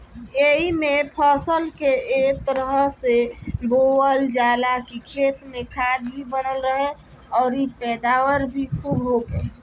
एइमे फसल के ए तरह से बोअल जाला की खेत में खाद भी बनल रहे अउरी पैदावार भी खुब होखे